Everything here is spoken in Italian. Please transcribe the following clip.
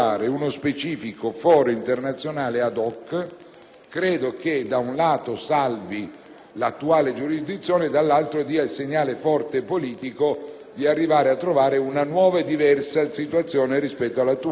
proposta, da un lato salvaguardi l'attuale giurisdizione e dall'altro dia il forte segnale politico di voler creare una nuova e diversa situazione rispetto all'attuale per quanto riguarda i giudizi sui pirati.